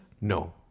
No